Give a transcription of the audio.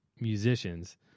musicians